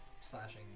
slashing